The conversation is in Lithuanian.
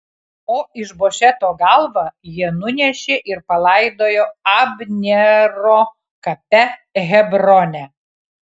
o išbošeto galvą jie nunešė ir palaidojo abnero kape hebrone